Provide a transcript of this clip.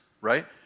right